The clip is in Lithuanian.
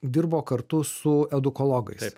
dirbo kartu su edukologais